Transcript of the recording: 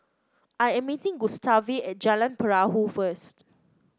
I am meeting Gustave at Jalan Perahu first